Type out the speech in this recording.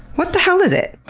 what the hell is it?